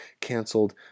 canceled